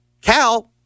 Cal